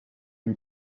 lui